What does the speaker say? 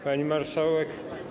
Pani Marszałek!